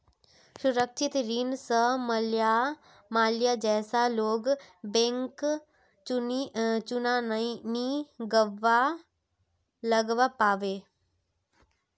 सुरक्षित ऋण स माल्या जैसा लोग बैंकक चुना नी लगव्वा पाबे